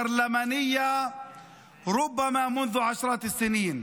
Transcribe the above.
אשר עברו את הכנס הפרלמנטרי הקשה ביותר אולי זה עשרות שנים,